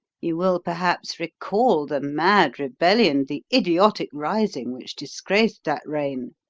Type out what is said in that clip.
you will perhaps recall the mad rebellion, the idiotic rising which disgraced that reign.